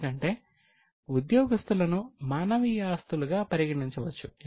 ఎందుకంటే ఉద్యోగస్తులను మానవీయ ఆస్తులుగా పరిగణించవచ్చు